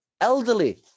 Elderly